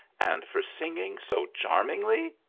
and for singing so charmingly!